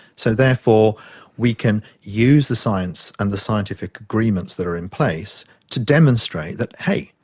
so therefore we can use the science and the scientific agreements that are in place to demonstrate that, hey,